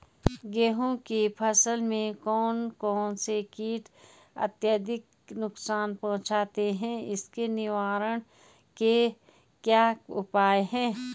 गेहूँ की फसल में कौन कौन से कीट अत्यधिक नुकसान पहुंचाते हैं उसके निवारण के क्या उपाय हैं?